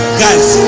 guys